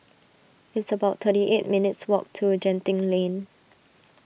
it's about thirty eight minutes' walk to Genting Lane